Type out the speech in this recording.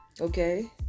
okay